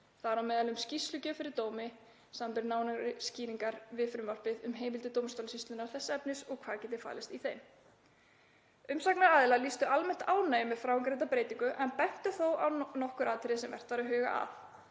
þar á meðal um skýrslugjöf fyrir dómi, samanber nánari skýringar við frumvarpið um heimildir dómstólasýslunnar þess efnis og hvað geti falist í þeim. Umsagnaraðilar lýstu almennt ánægju með framangreinda breytingu en bentu þó á nokkur atriði sem vert væri að huga að.